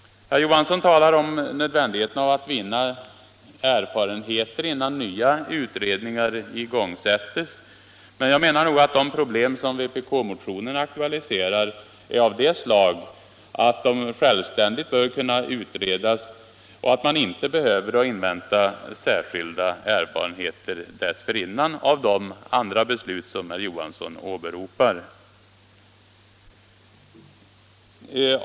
Herr Johansson i Trollhättan talar om nödvändigheten av att vinna erfarenheter innan nya utredningar igångsättes. Jag menar nog ändå att det problem som vpk-motionerna aktualiserar är av det slag att de självständigt bör kunna utredas och att man inte dessförinnan behöver invänta särskilda erfarenheter av de andra beslut som herr Johansson åberopar.